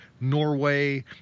Norway